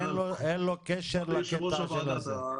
אין לו קשר לקטע הזה.